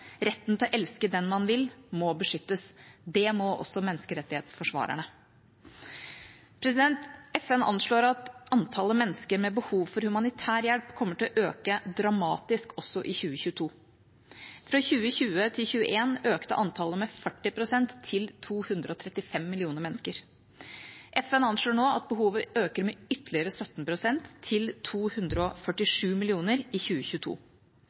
retten til å elske den man vil, må beskyttes. Det må også menneskerettighetsforsvarerne. FN anslår at antallet mennesker med behov for humanitær hjelp kommer til å øke dramatisk også i 2022. Fra 2020 til 2021 økte antallet med 40 pst., til 235 millioner mennesker. FN anslår nå at behovet vil øke med ytterligere 17 pst., til 247 millioner, i 2022. De raskt økende humanitære behovene i